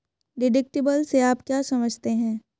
Deductible से आप क्या समझते हैं?